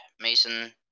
Mason